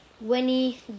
Winnie